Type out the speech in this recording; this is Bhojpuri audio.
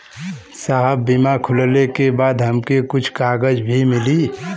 साहब बीमा खुलले के बाद हमके कुछ कागज भी मिली?